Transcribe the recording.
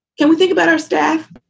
can we think about our staff?